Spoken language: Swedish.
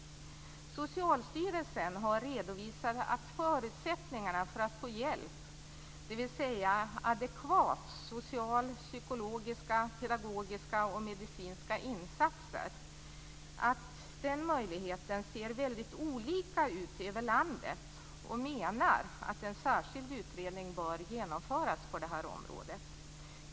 Socialstyrelsen har redovisat att förutsättningarna att få hjälp, dvs. adekvata sociala, psykologiska, pedagogiska och medicinska insatser, ser väldigt olika ut över landet och menar att en särskild utredning bör genomföras på det här området.